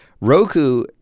roku